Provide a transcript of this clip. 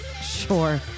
Sure